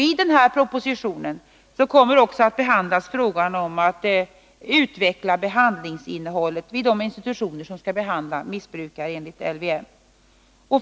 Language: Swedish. I den propositionen kommer även frågan om att utveckla behandlingsinnehållet vid de institutioner som skall vårda missbrukare enligt LVM att tas upp.